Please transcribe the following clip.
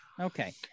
Okay